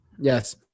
Yes